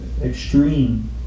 extreme